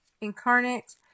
incarnate